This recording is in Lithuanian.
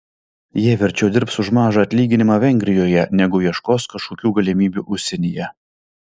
jie verčiau dirbs už mažą atlyginimą vengrijoje negu ieškos kažkokių galimybių užsienyje